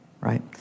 Right